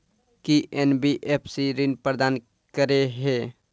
की NBFC ऋण प्रदान करे है?